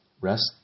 rest